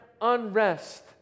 unrest